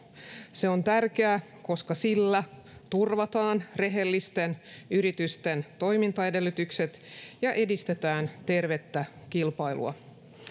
se on tärkeä koska sillä turvataan rehellisten yritysten toimintaedellytykset ja edistetään tervettä kilpailua